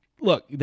Look